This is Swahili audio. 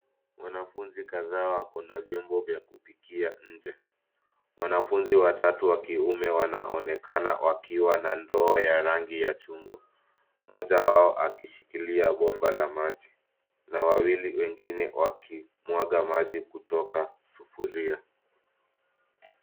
Wanafunzi kadhaa wako na vyombo vya kupikia nje. Wanafunzi watatu wa kiume wanaonekana wakiwa na ndoo ya rangi ya chungwa, mmoja wao akishikilia bomba la maji na wawili wengine wakimwaga maji kutoka sufuria.